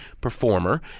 performer